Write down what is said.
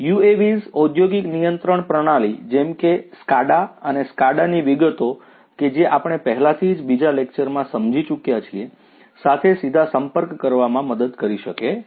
UAVs ઔંદ્યોગિક નિયંત્રણ પ્રણાલી જેમ કે SCADA અને SCADA ની વિગતો કે જે આપણે પહેલાથી જ બીજા લેકચરમાં સમજી ચૂક્યા છીએ સાથે સીધા સંપર્ક કરવામાં મદદ કરી શકે છે